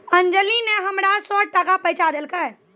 अंजली नी हमरा सौ टका पैंचा देलकै